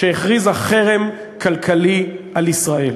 שהכריזה חרם כלכלי על ישראל.